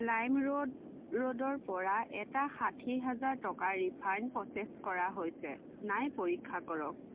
লাইম Road ৰোডৰ পৰা এটা ষাঠীহেজাৰ টকাৰ ৰিফাণ্ড প্ৰ'চেছ কৰা হৈছে নাই পৰীক্ষা কৰক